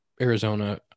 Arizona